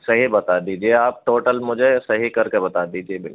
صحیح بتا دیجیے آپ ٹوٹل مجھے صحیح کر کے بتا دیجیے بالکل